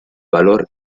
valor